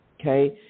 okay